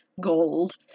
gold